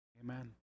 Amen